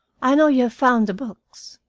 i know you have found the books.